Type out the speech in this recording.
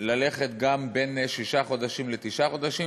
ללכת גם בין שישה חודשים לתשעה חודשים,